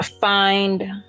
find